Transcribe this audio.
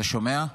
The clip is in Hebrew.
אתה שומע?